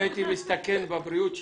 אני הייתי מסתכן בבריאות שלי,